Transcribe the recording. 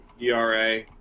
ERA